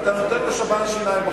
ואתה נותן לו שב"ן שיניים.